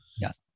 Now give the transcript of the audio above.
Yes